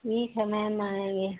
ठीक है मैम आएंगे